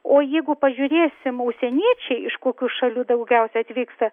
o jeigu pažiūrėsim užsieniečiai iš kokių šalių daugiausia atvyksta